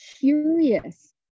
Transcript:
curious